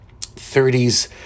30s